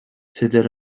tudur